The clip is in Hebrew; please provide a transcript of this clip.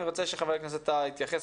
אני רוצה שחבר הכנסת טאהא יתייחס,